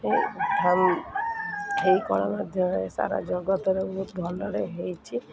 ଏ ଧମ୍ ଏହି କଳା ମାଧ୍ୟମରେ ସାରା ଜଗତରେ ବହୁତ ଭଲରେ ହେଇଛି